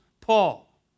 Paul